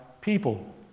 people